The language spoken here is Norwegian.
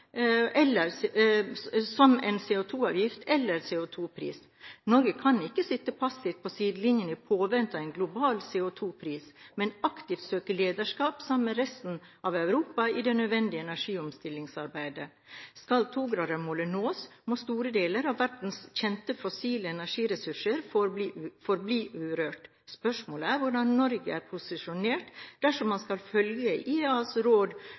eller CO2-pris. Norge kan ikke sitte passivt på sidelinjen i påvente av en global CO2-pris, men aktivt søke lederskap sammen med resten av Europa i det nødvendige energiomstillingsarbeidet. Skal 2-gradersmålet nås, må store deler av verdens kjente fossile energiressurser forbli urørt. Spørsmålet er hvordan Norge er posisjonert dersom man skal følge IEAs råd